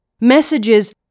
Messages